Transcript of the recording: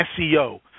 SEO